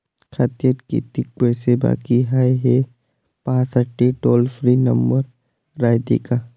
खात्यात कितीक पैसे बाकी हाय, हे पाहासाठी टोल फ्री नंबर रायते का?